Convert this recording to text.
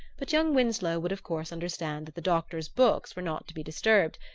but young winsloe would of course understand that the doctor's books were not to be disturbed,